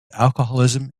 alcoholism